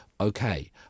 okay